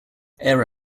air